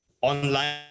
Online